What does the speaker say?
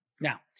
now